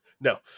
No